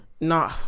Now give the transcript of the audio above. no